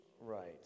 Right